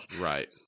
Right